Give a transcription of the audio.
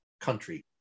country